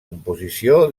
composició